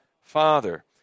Father